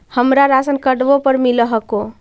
हमरा राशनकार्डवो पर मिल हको?